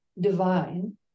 divine